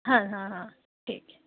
हां हां हां ठीक ऐ